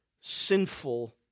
sinful